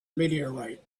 meteorite